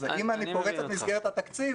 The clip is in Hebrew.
אם אני פורץ את מסגרת התקציב,